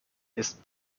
ist